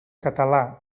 català